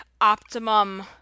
optimum